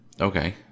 Okay